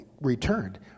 returned